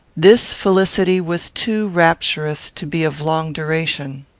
this felicity was too rapturous to be of long duration.